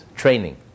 Training